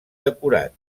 decorat